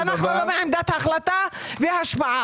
שאנו לא בעמדת החלטה והשפעה.